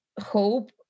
hope